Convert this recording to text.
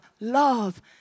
love